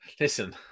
listen